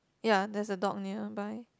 ya there's a dog nearby